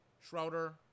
Schroeder